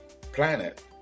planet